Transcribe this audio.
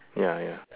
ya ya